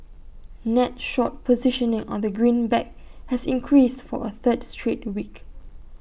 net short positioning on the greenback has increased for A third straight week